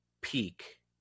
peak